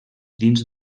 dins